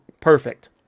perfect